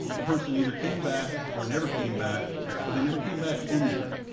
the person either came back or never came back yeah but they never came back injured.